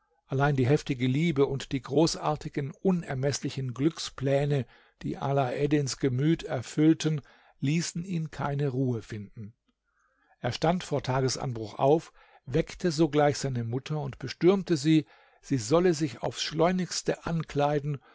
allein die heftige liebe und die großartigen unermeßlichen glückspläne die alaeddins gemüt erfüllten ließen ihn keine ruhe finden er stand vor tagesanbruch auf weckte sogleich seine mutter und bestürmte sie sie solle sich aufs schleunigste ankleiden